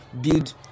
build